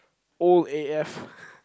old A_F